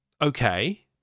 okay